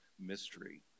mystery